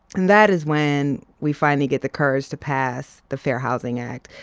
and that is when we finally get the courage to pass the fair housing act.